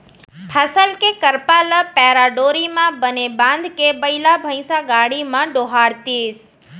फसल के करपा ल पैरा डोरी म बने बांधके बइला भइसा गाड़ी म डोहारतिस